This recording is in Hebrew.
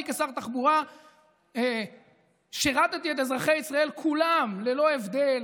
אני כשר תחבורה שירתי את אזרחי ישראל כולם ללא הבדל